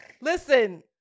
Listen